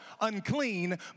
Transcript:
unclean